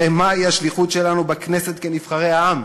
הרי מהי השליחות שלנו בכנסת כנבחרי העם